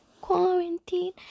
quarantine